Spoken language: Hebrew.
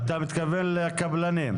אתה מתכוון לקבלנים.